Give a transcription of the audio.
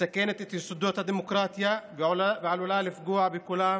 מסכנת את יסודות הדמוקרטיה ועלולה לפגוע בכולם,